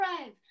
arrive